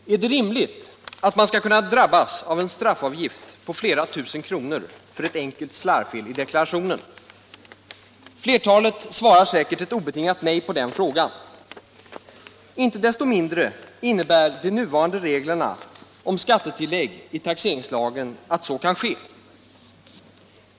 Herr talman! Är det rimligt att man skall kunna drabbas av en straffavgift på flera tusen kronor för ett enkelt slarvfel i deklarationen? Flertalet svarar säkert ett obetingat nej på den frågan. Inte desto mindre innebär de nuvarande reglerna om skattetillägg i taxeringslagen att så kan ske.